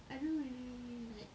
I don't really like